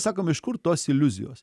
sakom iš kur tos iliuzijos